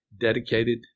dedicated